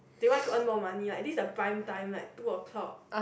they want to earn more money like this is the prime time like two o'clock